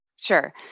Sure